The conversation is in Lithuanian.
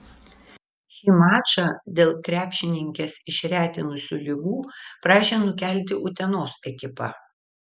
šį mačą dėl krepšininkes išretinusių ligų prašė nukelti utenos ekipa